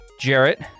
Jarrett